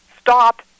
stop